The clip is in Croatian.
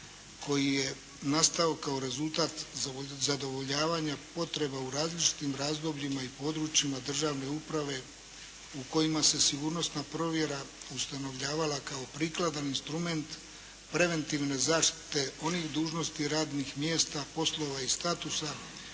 koji je nastao kao rezultata zadovoljavanja potreba u različitim razdobljima i područjima državne uprave u kojima se sigurnosna provedba ustanovljavala kao prikladan instrument preventivne zaštite onih dužnosti radnih mjesta, poslova i statusa